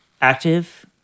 active